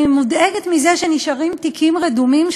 אני מודאגת מזה שנשארים תיקים רדומים,